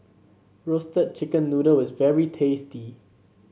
Roasted Chicken Noodle is very tasty